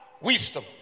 wisdom